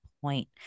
point